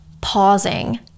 pausing